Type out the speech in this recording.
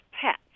pets